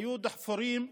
היו דחפורים,